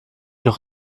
noch